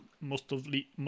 mostly